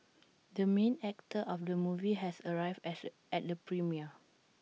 the main actor of the movie has arrived at the at the premiere